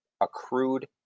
accrued